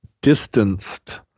distanced